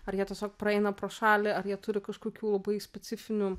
ar jie tiesiog praeina pro šalį ar jie turi kažkokių labai specifinių